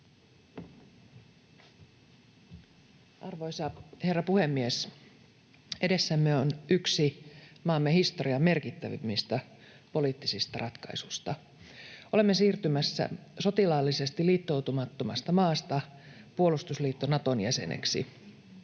Arvoisa herra puhemies! Edessämme on yksi maamme historian merkittävimmistä poliittisista ratkaisuista: olemme siirtymässä sotilaallisesti liittoutumattomasta maasta puolustusliitto Naton jäseneksi,